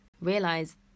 realize